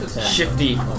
shifty